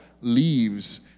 leaves